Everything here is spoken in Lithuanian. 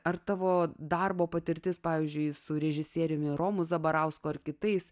ar tavo darbo patirtis pavyzdžiui su režisieriumi romu zabarausku ar kitais